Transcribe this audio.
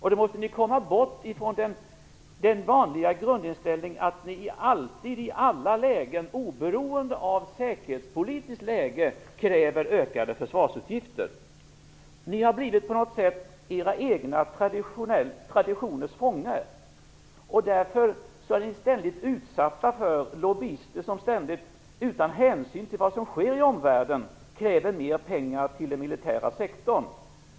Ni måste komma bort från den vanliga grundinställningen att ni alltid i alla lägen oberoende av den säkerhetspolitiska situationen kräver ökade försvarsutgifter. Ni har på något sätt blivit era egna traditioners fånge. Därför är ni ständigt utsatta för lobbyister som utan hänsyn till vad som sker i omvärlden kräver mer pengar till den militära sektorn.